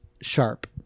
sharp